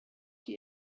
die